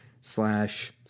slash